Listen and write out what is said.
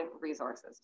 resources